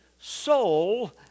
soul